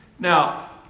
Now